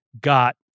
got